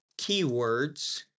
keywords